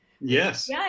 Yes